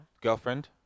Girlfriend